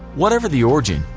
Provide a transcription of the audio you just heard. whatever the origin,